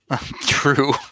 true